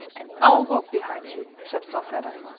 and i'll walk behind you, said vrouw vedder.